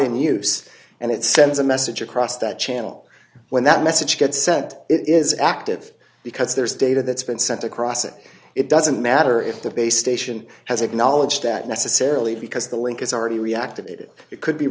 use and it sends a message across that channel when that message gets sent it is active because there's data that's been sent across it it doesn't matter if the base station has acknowledged that necessarily because the link is already reactivated it could be